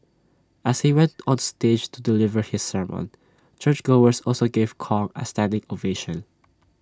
as he went on stage to deliver his sermon churchgoers also gave Kong A standing ovation